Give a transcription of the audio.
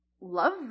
love